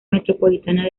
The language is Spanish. metropolitana